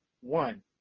one